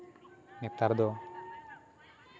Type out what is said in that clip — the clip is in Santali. ᱱᱮᱛᱟᱨ ᱫᱚ